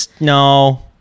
No